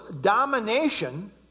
domination